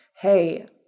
Hey